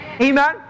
Amen